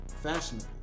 fashionable